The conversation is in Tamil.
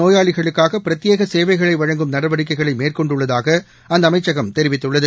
நோயாளிகளுக்காக பிரத்தியேக சேவைகளை வழங்கும் நடவடிக்கைகளை மேற்கொண்டுள்ளதாக அந்த அமைச்சகம் தெரிவித்துள்ளது